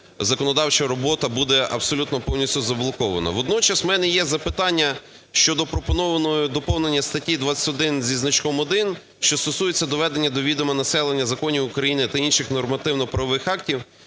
законодавча робота буде абсолютно повністю заблокована. Водночас, у мене є запитання щодо пропонованого доповнення статті 21 зі значком 1, що стосується доведення до відома населення законів України та інших нормативно-правових актів.